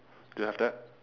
do you have that